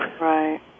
Right